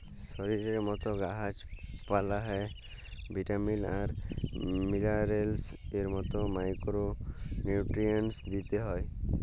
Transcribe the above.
শরীরের মত গাহাচ পালাল্লে ভিটামিল আর মিলারেলস এর মত মাইকোরো নিউটিরিএন্টস দিতে হ্যয়